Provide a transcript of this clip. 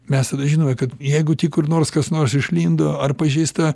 mes tada žinome kad jeigu tik kur nors kas nors išlindo ar pažįsta